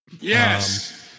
yes